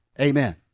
Amen